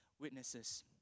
witnesses